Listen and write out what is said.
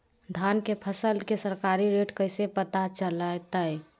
धान के फसल के सरकारी रेट कैसे पता चलताय?